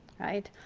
right?